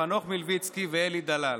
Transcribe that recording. חנוך מלביצקי ואלי דלל.